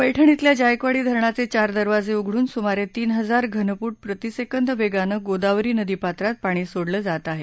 पेठण खिल्या जायकवाडी धरणाचे चार दरवाजे उघडून सुमारे तीन हजार घनफूट प्रतिसेकंद वेगानं गोदावरी नदीपात्रात पाणी सोडलं जात आहे